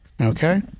okay